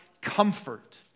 comfort